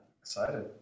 excited